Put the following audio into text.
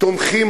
תומכים